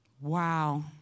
Wow